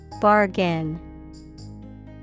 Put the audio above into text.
bargain